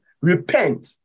Repent